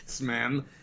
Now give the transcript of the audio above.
man